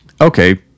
Okay